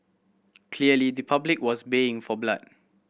clearly the public was baying for blood